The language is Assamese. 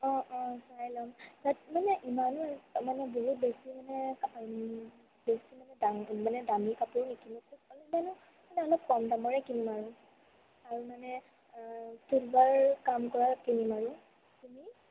অঁ অঁ চাই লম তাত মানে ইমানো মানে বহুত বেছি মানে বেছি মানে দামী মানে দামী কাপোৰ নিকিনো অলপ মানে কম দামৰে কিনিম আৰু আৰু মানে চিলভাৰ কাম কৰাত কিনিম আৰু তুমি